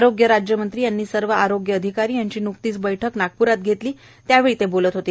आरोग्य राज्यमंत्री यांनी सर्व आरोग्य अधिकारी यांची नुकतीच बैठक नागपूरमध्ये घेतली त्यावेळी ते बोलत होते